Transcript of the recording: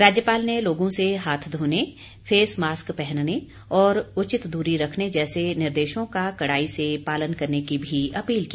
राज्यपाल ने लोगों से हाथ धोने फेस मास्क पहनने और उचित दूरी रखने जैसे निर्देशों का कड़ाई से पालन करने की भी अपील की